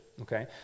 okay